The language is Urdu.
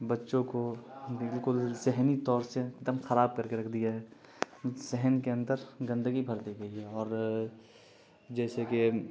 بچوں کو بالکل ذہنی طور سے ایک دم خراب کر کے رکھ دیا ہے ذہن کے اندر گندگی بھر دی گئی ہے اور جیسے کہ